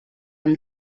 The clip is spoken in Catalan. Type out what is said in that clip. amb